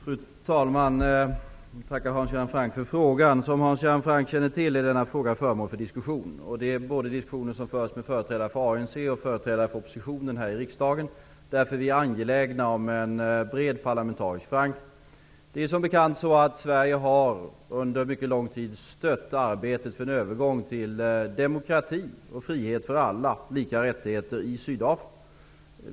Fru talman! Jag tackar Hans Göran Franck för frågan. Som Hans Göran Franck känner till är denna fråga föremål för diskussion. Det är diskussioner som förs både med företrädare för ANC och med företrädare för oppositionen här i riksdagen. Vi är angelägna om en bred parlamentarisk förankring. Sverige har som bekant under mycket lång tid stött arbetet för en övergång till demokrati och frihet för alla, för lika rättigheter i Sydafrika.